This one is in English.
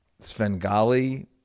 Svengali